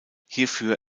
hierfür